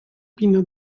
pinna